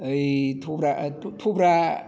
ओय थब्रा थब्रा